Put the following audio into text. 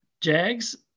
Jags